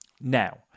Now